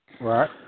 Right